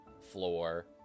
floor